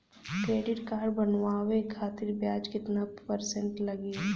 Credit card बनवाने खातिर ब्याज कितना परसेंट लगी?